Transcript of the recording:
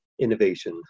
innovation